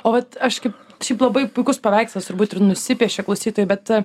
o vat aš kaip šiaip labai puikus paveikslas turbūt ir nusipiešia klausytojui bet